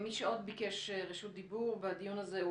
מי שעוד ביקש רשות דיבור בדיון הזה הוא